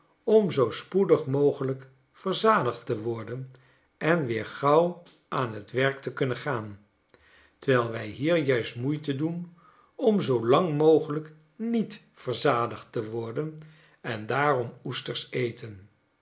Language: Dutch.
om zoo spoedig mogelijk verzadigd te worden en weer gauw aan het werk te kunnen gaan terwijl wij hier juist moeite doen om zoo lang mogelijk niet verzadigd te worden en daarom oesters eten